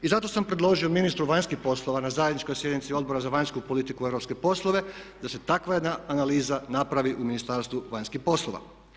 I zato sam predložio ministru vanjskih poslova na zajedničkoj sjednici Odbora za vanjsku politiku i europske poslove da se takva jedna analiza napravi u Ministarstvu vanjskih poslova.